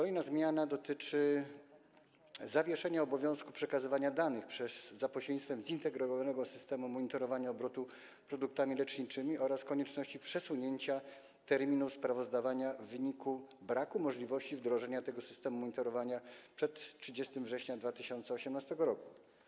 Następna zmiana dotyczy zawieszenia obowiązku przekazywania danych za pośrednictwem Zintegrowanego Systemu Monitorowania Obrotu Produktami Leczniczymi oraz konieczności przesunięcia terminu sprawozdawania w wyniku braku możliwości wdrożenia tego systemu monitorowania przed 30 września 2018 r.